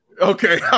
okay